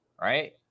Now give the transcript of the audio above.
right